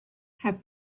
have